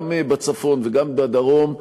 גם בצפון וגם בדרום,